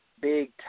big